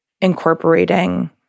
incorporating